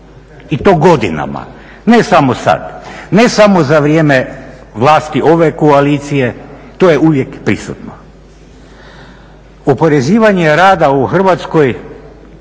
I to godinama. Ne samo sada, ne samo za vrijeme vlasti ove koalicije, to je uvijek prisutno. Oporezivanje rada u Hrvatskoj